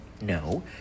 No